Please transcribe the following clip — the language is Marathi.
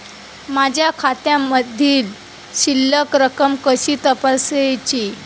माझ्या खात्यामधील शिल्लक रक्कम कशी तपासायची?